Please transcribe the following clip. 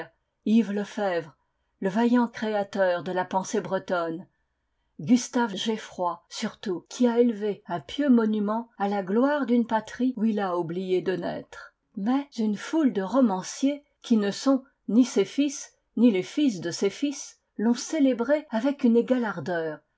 yves le febvre le vaillant créateur de la pensée bretonne gustave geffroy surtout qui a élevé un pieux monument i la gloire d'une patrie où il a oublié de naître mais une foule de romanciers qui ne sont ni ses fils ni les fils de ses fils l'ont célébrée avec une égale ardeur